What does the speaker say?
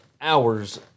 hours